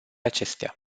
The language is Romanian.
acestea